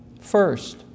First